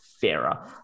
fairer